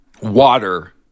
water